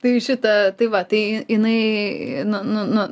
tai šitą tai va tai jinai nu nu nu